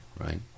right